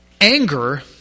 Anger